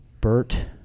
Bert